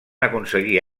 aconseguir